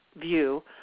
view